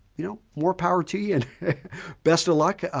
you know more power to you and best of luck,